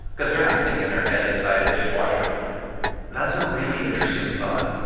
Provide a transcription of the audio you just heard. because they're not sticking their head inside a dishwasher that's a really interesting thought.